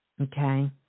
Okay